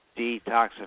detoxification